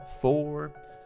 four